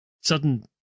sudden